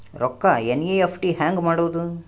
ರೊಕ್ಕ ಎನ್.ಇ.ಎಫ್.ಟಿ ಹ್ಯಾಂಗ್ ಮಾಡುವುದು?